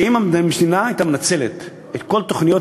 שאם המדינה הייתה מנצלת את כל תוכניות